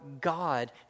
God